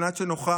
על מנת שנוכל